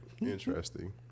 Interesting